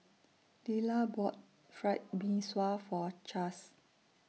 Lilah bought Fried Mee Sua For Chaz